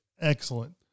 excellent